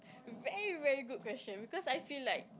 very very good question because I feel like